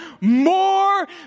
more